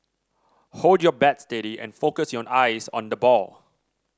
hold your bat steady and focus your eyes on the ball